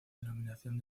denominación